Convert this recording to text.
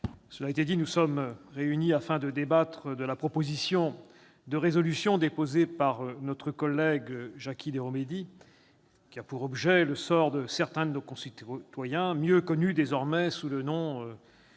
chers collègues, nous sommes réunis pour débattre de la proposition de résolution déposée par notre collègue Jacky Deromedi, qui a pour objet le sort de certains de nos concitoyens, mieux connus désormais sous le nom d'«